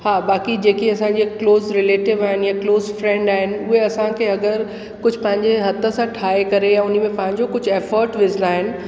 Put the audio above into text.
हा बाकी जेकी असांजी क्लोज़ रिलेटिव आहिनि या क्लोज़ फ्रेंड आहिनि उहे असांखे अगरि कुझु पंहिंजे हथ सां ठाहे करे उन्हीअ में पंहिंजो कुझु एफर्ट विझंदा आहिनि